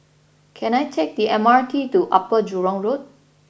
can I take the M R T to Upper Jurong Road